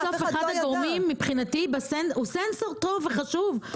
אחד הגורמים הוא סנסור טוב וחשוב,